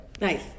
Nice